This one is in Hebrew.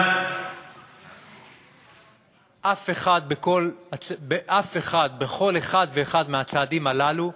אבל אף אחד, בכל אחד ואחד מהצעדים הללו,